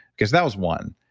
because that was one.